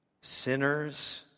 sinners